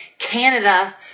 Canada